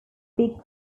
big